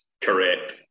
correct